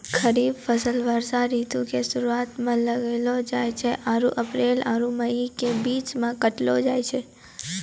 खरीफ फसल वर्षा ऋतु के शुरुआते मे लगैलो जाय छै आरु अप्रैल आरु मई के बीच मे काटलो जाय छै